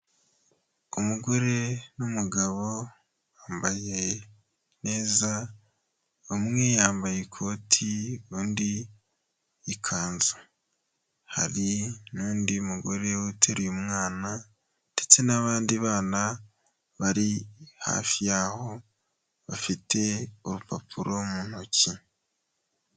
Umugore n'umugabo bambaye neza, umwe yambaye ikoti undi ikanzu, hari n'undi mugore uteruye umwana ndetse n'abandi bana bari hafi yaho bafite urupapuro mu ntoki.